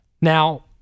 Now